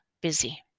busy